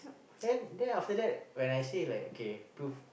then then after that when I say like okay prove